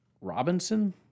Robinson